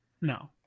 No